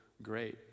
great